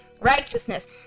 righteousness